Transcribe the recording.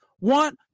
want